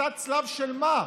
מסע צלב של מה?